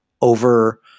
over